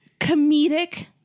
comedic